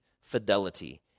fidelity